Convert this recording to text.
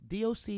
DOC